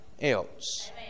else